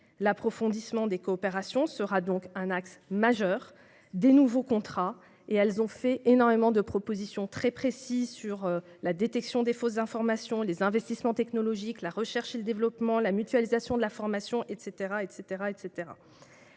L'approfondissement des coopérations sera donc un axe majeur des nouveaux contrats. Les parties prenantes que j'ai consultées ont formulé énormément de propositions très précises sur la détection des fausses informations, les investissements technologiques, la recherche et le développement, la mutualisation de la formation, etc.